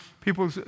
people